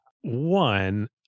One